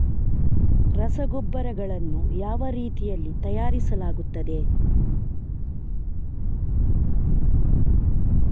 ರಸಗೊಬ್ಬರಗಳನ್ನು ಯಾವ ರೀತಿಯಲ್ಲಿ ತಯಾರಿಸಲಾಗುತ್ತದೆ?